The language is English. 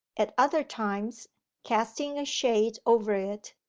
at other times casting a shade over it,